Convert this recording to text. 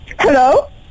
Hello